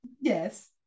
Yes